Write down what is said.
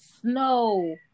snow